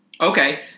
Okay